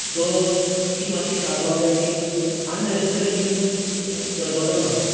so ती मातशी टाळपाक जाय की ब अननेसिसेरी यूज अ करपाचो ना